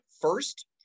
first